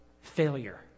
failure